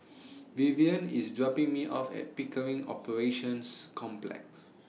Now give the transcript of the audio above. Vivian IS dropping Me off At Pickering Operations Complex